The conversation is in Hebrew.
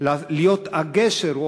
להיות הגשר,